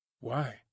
Why